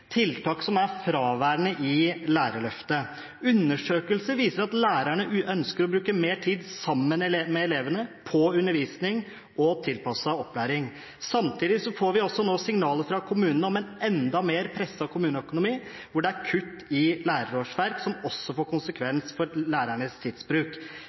tiltak som er fraværende i Lærerløftet. Undersøkelser viser at lærerne ønsker å bruke mer tid, sammen med elevene, på undervisning og tilpasset opplæring. Samtidig får vi nå også signaler fra kommunene om en enda mer presset kommuneøkonomi, hvor det er kutt i lærerårsverk, som også får konsekvenser for lærernes tidsbruk.